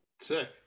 Sick